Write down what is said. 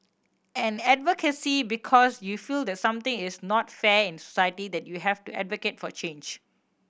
and advocacy because you feel that something is not fair in society that you have to advocate for change